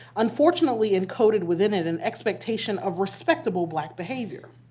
unfortunately, encoded within it an expectation of respectable black behavior.